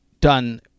done